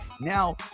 Now